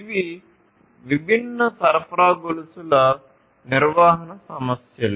ఇవి విభిన్న సరఫరా గొలుసు నిర్వహణ సమస్యలు